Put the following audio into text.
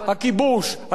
ההתנחלויות.